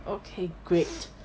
okay great